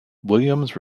williams